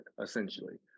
essentially